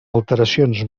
alteracions